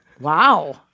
Wow